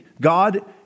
God